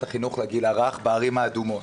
החינוך לגיל הרך בערים האדומות.